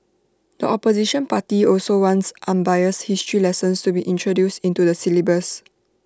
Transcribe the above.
the opposition party also wants unbiased history lessons to be introduced into the syllabus